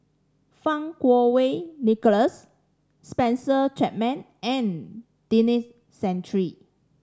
Fang Kuo Wei Nicholas Spencer Chapman and Denis Santry